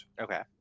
Okay